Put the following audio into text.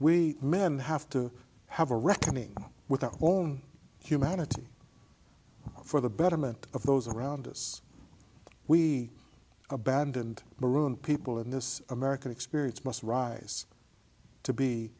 we men have to have a reckoning with our own humanity for the betterment of those around us we abandoned marooned people in this american experience must rise to be